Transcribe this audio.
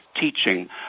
teaching